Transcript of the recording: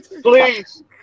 Please